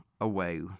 away